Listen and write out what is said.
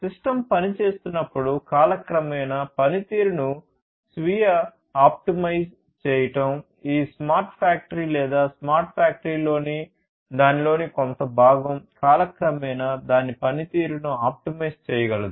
system పని చేస్తున్నప్పుడు కాలక్రమేణా పనితీరును స్వీయ ఆప్టిమైజ్ చేయడం ఈ స్మార్ట్ ఫ్యాక్టరీ లేదా స్మార్ట్ ఫ్యాక్టరీలోని దానిలోని కొంత భాగం కాలక్రమేణా దాని పనితీరును ఆప్టిమైజ్ చేయగలదు